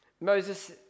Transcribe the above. Moses